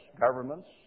governments